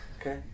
okay